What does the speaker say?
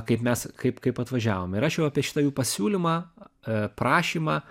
kaip mes kaip kaip atvažiavom ir aš jau apie šitą jų pasiūlymą prašymą